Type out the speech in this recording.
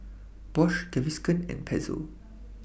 Bosch Gaviscon and Pezzo